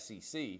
SEC